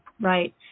Right